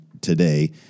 today